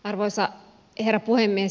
arvoisa herra puhemies